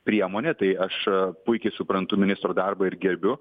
priemonė tai aš puikiai suprantu ministro darbą ir gerbiu